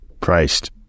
Christ